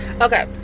okay